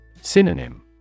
Synonym